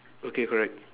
okay correct